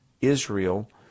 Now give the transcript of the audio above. Israel